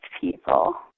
people